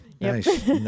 Nice